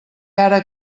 ara